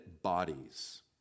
bodies